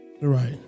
Right